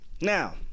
Now